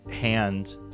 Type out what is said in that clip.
hand